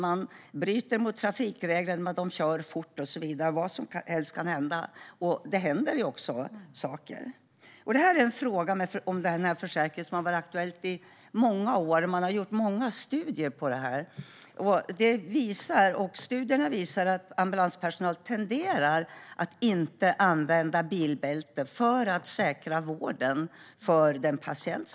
Man bryter mot trafikreglerna när man kör fort och så vidare. Vad som helst kan hända - och händer. Försäkringsfrågan har varit aktuell i många år, och många studier har gjorts. Studierna visar att ambulanspersonal tenderar att inte använda bilbälte för att kunna säkra vården för patienten.